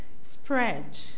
spread